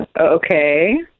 Okay